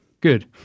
good